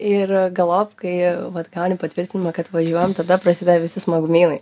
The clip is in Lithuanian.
ir galop kai vat gauni patvirtinimą kad važiuojam tada prasideda visi smagumynai